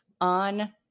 on